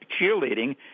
cheerleading